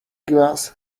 gras